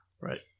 Right